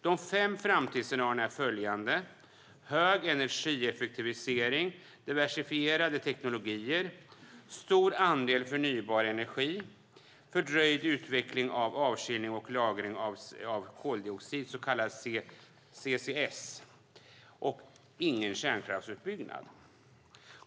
De fem framtidsscenarierna är följande: hög energieffektivisering, diversifierade teknologier, stor andel förnybar energi, fördröjd utveckling av avskiljning och lagring av koldioxid, så kallad CCS, och ingen kärnkraftsutbyggnad.